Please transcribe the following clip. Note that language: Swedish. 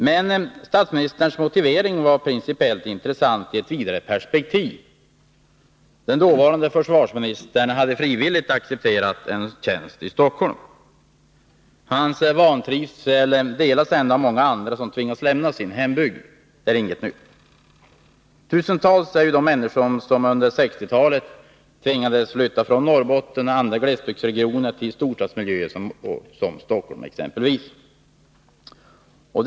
Men statsministerns motivering var principiellt intressant i ett vidare perspektiv. Den dåvarande försvarsministern hade frivilligt accepterat en tjänst i Stockholm. Hans vantrivsel delas ändå av många andra som tvingas lämna sin hembygd. Det är inget nytt. Tusentals är de människor som under 1960-talet tvingades att flytta från Norrbotten och andra glesbygdsregioner till storstadsmiljöer som Stock att minska vantrivseln hos personer som tvingas flytta till Stockholm holm.